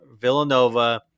Villanova